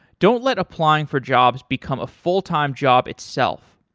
don't let applying for jobs become a full-time job itself.